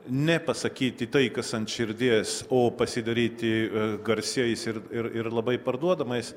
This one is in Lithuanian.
ne pasakyti tai kas ant širdies o pasidaryti garsiais ir ir ir labai parduodamais